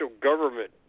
government